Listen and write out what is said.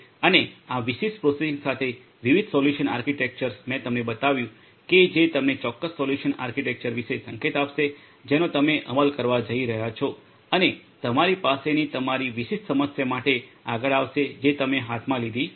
અને આ વિશિષ્ટ પ્રોસેસિંગ માટે વિવિધ સોલ્યુશન આર્કિટેક્ચર્સ મેં તમને બતાવ્યું છે કે જે તમને ચોક્કસ સોલ્યુશન આર્કિટેક્ચર વિશે સંકેત આપશે જેનો તમે અમલ કરવા જઈ રહ્યા છો અને તમારી પાસેની તમારી વિશિષ્ટ સમસ્યા માટે આગળ આવશે જે તમે હાથમાં લીધી છે